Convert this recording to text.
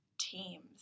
teams